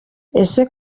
ese